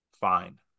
Fine